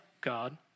God